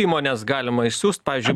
įmones galima išsiųst pavyzdžiui